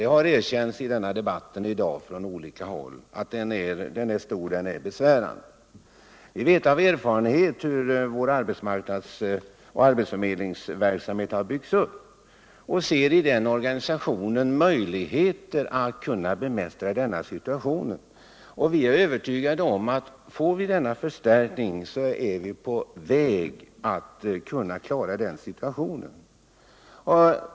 Det har erkänts i debatten i dag från olika håll att den är stor och besvärande. Vi vet av erfarenhet hur vår arbetsförmedlingsverksamhet har byggts upp och ser i den organisationen möjligheter att bemästra den nuvarande situationen. Vi är övertygade om att om vi får denna förstärkning är vi på väg att kunna klara situationen.